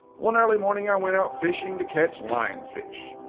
one early morning i went out fishing to catch lionfish.